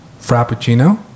frappuccino